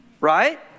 Right